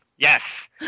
Yes